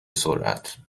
سرعت